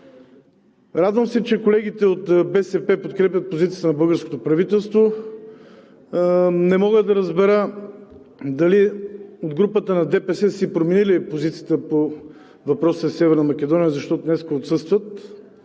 Радвам се, че колегите от БСП подкрепят позицията на българското правителство. Не мога да разбера дали от групата на ДПС са си променили позицията по въпроса със Северна Македония, защото днес отсъстват.